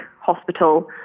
hospital